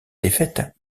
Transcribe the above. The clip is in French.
défaite